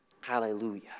Hallelujah